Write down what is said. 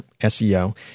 SEO